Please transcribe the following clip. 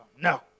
No